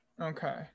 Okay